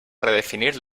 redefinir